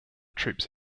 troops